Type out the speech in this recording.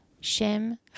Shem